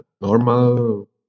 normal